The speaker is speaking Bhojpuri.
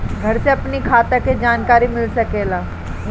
घर से अपनी खाता के जानकारी मिल सकेला?